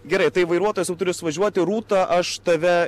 gerai tai vairuotojas jau turės važiuoti rūta aš tave